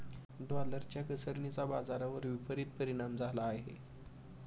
डॉलरच्या घसरणीचा बाजारावर विपरीत परिणाम झाला आहे